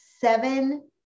seven